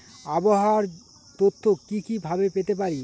আবহাওয়ার তথ্য কি কি ভাবে পেতে পারি?